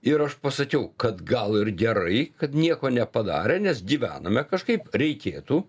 ir aš pasakiau kad gal ir gerai kad nieko nepadarė nes gyvename kažkaip reikėtų